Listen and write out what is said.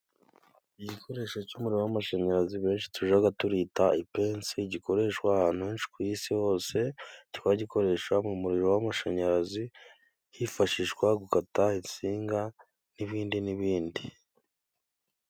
Igikoresho cy'umuriro w'amashanyarazi menshi tujaga turita ipensi gikoreshwa ahantu henshi ku isi hose, tukagikoresha mu muriro w'amashanyarazi hifashishwa gukata insinga n'ibindi n'ibindi.